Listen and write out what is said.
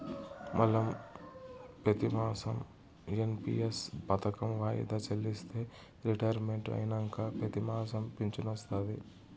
మనం పెతిమాసం ఎన్.పి.ఎస్ పదకం వాయిదా చెల్లిస్తే రిటైర్మెంట్ అయినంక పెతిమాసం ఫించనొస్తాది